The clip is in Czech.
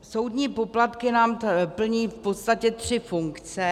Soudní poplatky nám plní v podstatě tři funkce.